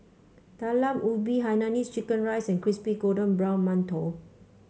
Talam Ubi Hainanese Chicken Rice and Crispy Golden Brown Mantou